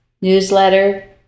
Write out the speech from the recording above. newsletter